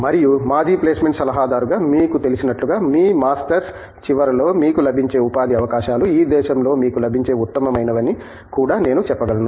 మరియు మాజీ ప్లేస్మెంట్ సలహాదారుగా మీకు తెలిసినట్లుగా మీ మాస్టర్స్ చివరలో మీకు లభించే ఉపాధి అవకాశాలు ఈ దేశంలో మీకు లభించే ఉత్తమమైనవి అని కూడా నేను చెప్పగలను